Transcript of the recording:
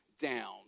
down